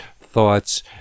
thoughts